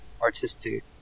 artistic